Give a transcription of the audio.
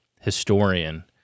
historian